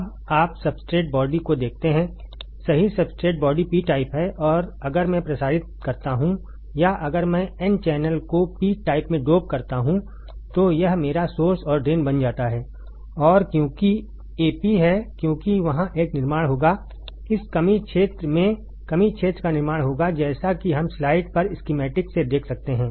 अब आप substrate body को देखते हैं सही सब्सट्रेट बॉडी पी टाइप है और अगर मैं प्रसारित करता हूं या अगर मैं एन चैनल को पी टाइप में डोप करता हूं तो यह मेरा सोर्स और ड्रेन बन जाता है और क्योंकि a p है क्योंकि वहाँ एक निर्माण होगा इस कमी क्षेत्र में कमी क्षेत्र का निर्माण होगा जैसा कि हम स्लाइड पर स्कीमैटिक से देख सकते हैं